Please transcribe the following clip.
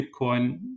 Bitcoin